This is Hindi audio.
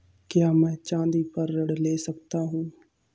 क्या मैं चाँदी पर ऋण ले सकता हूँ?